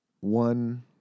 one